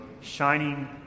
shining